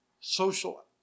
social